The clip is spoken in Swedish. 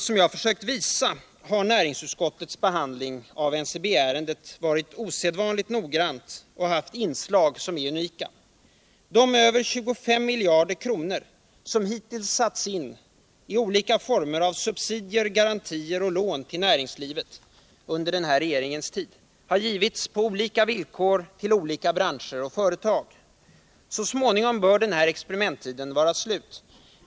Som jag försökt visa har näringsutskottets behandling av NCB-ärendet varit osedvanligt noggrann och haft inslag som är unika. De över 25 miljarder kronor, som hittills satts in i olika former av subsidier, garantier och lån till näringslivet under den här regeringens tid, har givits på olika villkor till olika branscher. Så småningom bör den här experimenttiden vara slut.